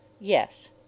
Yes